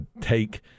take